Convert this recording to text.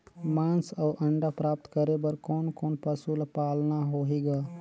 मांस अउ अंडा प्राप्त करे बर कोन कोन पशु ल पालना होही ग?